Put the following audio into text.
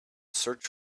search